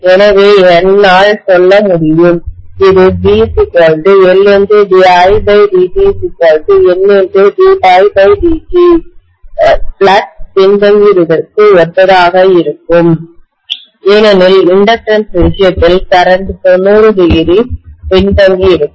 எனவே என்னால் சொல்ல முடியும் இது v LdidtNd∅dt ஃப்ளக்ஸ் பின்தங்கியதற்கு ஒத்ததாக இருக்கும் ஏனெனில் இண்டக்டன்ஸ் விஷயத்தில் கரண்ட் 90° பின்தங்கியிருக்கும்